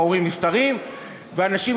ההורים נפטרים והאנשים,